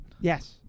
Yes